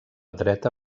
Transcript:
dreta